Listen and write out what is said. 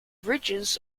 ridges